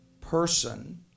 person